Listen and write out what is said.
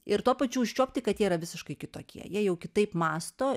ir tuo pačiu užčiuopti kad jie yra visiškai kitokie jie jau kitaip mąsto